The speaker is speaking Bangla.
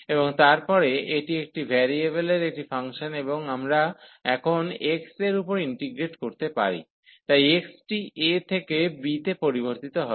এবং তারপরে এটি একটি ভেরিয়েবলের একটি ফাংশন এবং আমরা এখন x এর উপর ইন্টিগ্রেট করতে পারি তাই x টি a থেকে b তে পরিবর্তিত হবে